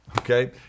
Okay